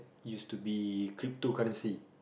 used to be crypto currency